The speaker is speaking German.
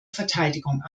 verteidigung